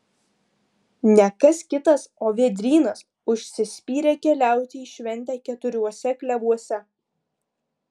ne kas kitas o vėdrynas užsispyrė keliauti į šventę keturiuose klevuose